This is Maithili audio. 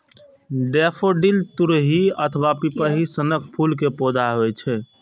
डेफोडिल तुरही अथवा पिपही सनक फूल के पौधा होइ छै